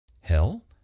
Hell